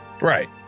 Right